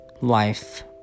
life